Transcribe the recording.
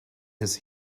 his